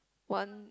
one